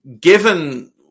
given